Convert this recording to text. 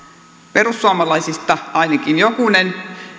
perussuomalaisista ainakin jokunen